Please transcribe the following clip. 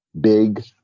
big